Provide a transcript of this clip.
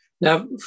Now